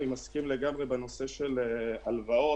אני מסכים לגמרי בנושא של הלוואות,